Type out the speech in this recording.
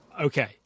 Okay